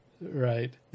Right